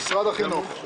משרד החינוך.